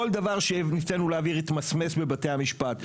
כל דבר שניסינו להעביר, התמסמס בבתי המשפט.